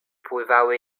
pływały